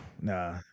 Nah